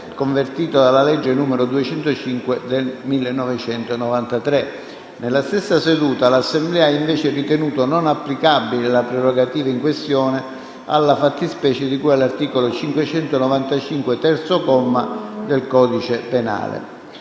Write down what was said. convertito dalla legge n. 205 del 1993; nella stessa seduta l'Assemblea ha invece ritenuto non applicabile la prerogativa in questione alla fattispecie di cui all'articolo 595, terzo comma, del codice penale.